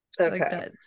Okay